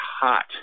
hot